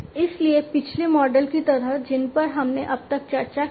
इसलिए पिछले मॉडल की तरह जिन पर हमने अब तक चर्चा की है